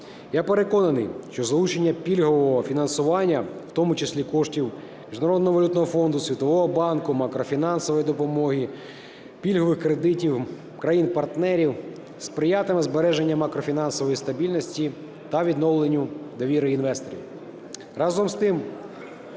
Я переконаний, що залучення пільгового фінансування, в тому числі коштів Міжнародного валютного фонду, Світового банку, макрофінансової допомоги, пільгових кредитів країн-партнерів сприятиме збереженню макрофінансової стабільності та відновленню довіри інвесторів.